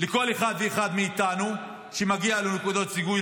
לכל אחד ואחד מאיתנו שמגיעות לו נקודות זיכוי,